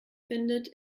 findet